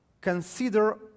Consider